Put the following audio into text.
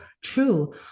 true